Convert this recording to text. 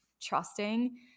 trusting